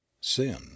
sin